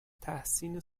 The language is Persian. تحسین